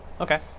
Okay